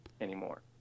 anymore